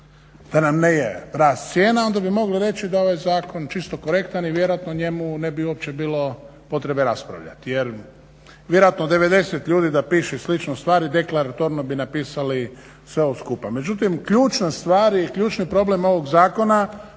da nam nije rast cijena, onda bi mogli reći da je ovaj zakon čisto korektan i vjerojatno o njemu ne bi uopće bilo potrebe raspravljati jer vjerojatno od 90 ljudi da piše slično stvari deklaratorno bi napisali sve ovo skupa. Međutim, ključna stvar i ključni problem ovog zakona